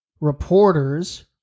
reporters